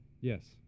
Yes